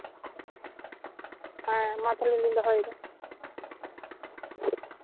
ᱢᱟ ᱛᱟᱦᱞᱮ ᱞᱤᱧ ᱫᱚᱦᱚᱭᱮᱫᱟ